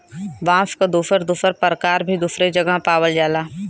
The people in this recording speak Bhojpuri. बांस क दुसर दुसर परकार भी दुसरे जगह पावल जाला